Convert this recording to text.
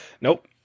Nope